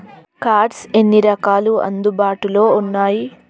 Cards ఎన్ని రకాలు అందుబాటులో ఉన్నయి?